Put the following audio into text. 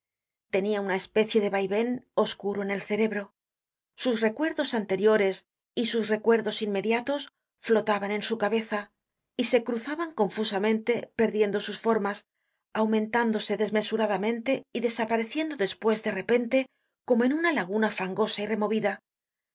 tenia una especie de va y ven oscuro en el cerebro sus recuerdos anteriores y sus recuer dos inmediatos flotaban en su cabeza y se cruzaban confusamente perdiendo sus formas aumentándose desmesuradamente y desapareciendo despues de repente como en una laguna fangosa y removida